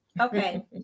Okay